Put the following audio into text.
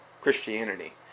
Christianity